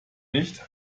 nicht